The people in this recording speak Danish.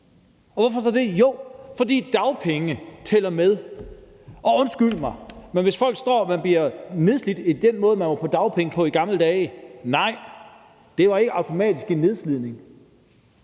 og hvorfor så det? Jo, fordi dagpengeperioder tæller med, og undskyld mig, men blev man nedslidt med den måde, man i gamle dage var på dagpenge? Nej, det var ikke automatisk en nedslidning.